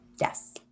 Yes